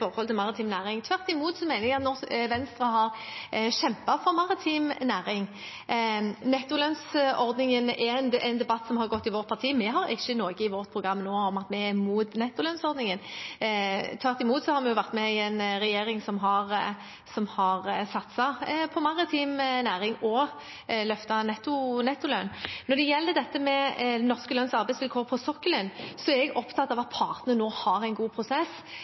har kjempet for maritim næring. Nettolønnsordningen er en debatt som har gått i vårt parti. Vi har ikke noe i vårt program nå om at vi er imot nettolønnsordningen. Tvert imot har vi vært med i en regjering som har satset på maritim næring og løftet fram nettolønn. Når det gjelder dette med norske lønns- og arbeidsvilkår på sokkelen, er jeg opptatt av at partene nå har en god prosess,